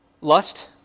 Lust